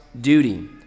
duty